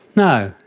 no,